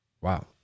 Wow